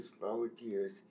volunteers